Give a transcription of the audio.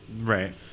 right